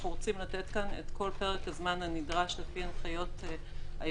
אנחנו רוצים לתת כאן את כל פרק הזמן הנדרש לפי הנחיות היועץ.